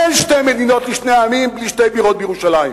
אין שתי מדינות לשני עמים בלי שתי בירות בירושלים.